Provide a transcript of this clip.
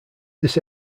this